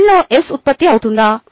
cell లో S ఉత్పత్తి అవుతుందా